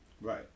Right